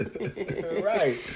Right